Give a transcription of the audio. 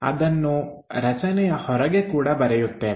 ಅದನ್ನು ರಚನೆಯ ಹೊರಗಡೆ ಕೂಡ ಬರೆಯುತ್ತೇವೆ